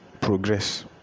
progress